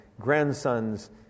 grandsons